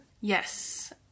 yes